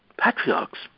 patriarchs